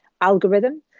algorithm